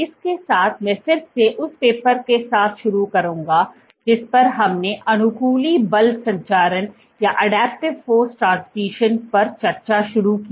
इसके साथ मैं फिर से उस पेपर के साथ शुरू करूंगा जिस पर हमने अनुकूली बल संचरण adaptive force transmissionपर चर्चा शुरू की